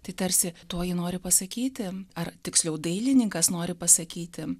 tai tarsi tuo ji nori pasakyti ar tiksliau dailininkas nori pasakyti